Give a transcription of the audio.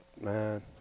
man